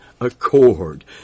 accord